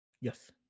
Yes